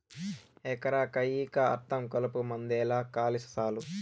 ఎకరా కయ్యికా అర్థం కలుపుమందేలే కాలి సాలు